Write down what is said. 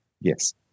Yes